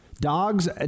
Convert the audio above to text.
dogs